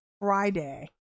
Friday